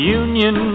union